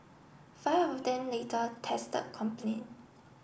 five of them later tested complaint